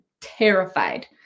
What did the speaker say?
terrified